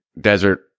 desert